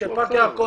של פארק הירקון